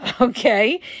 okay